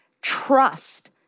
trust